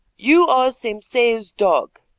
you are sompseu's dog,